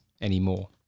anymore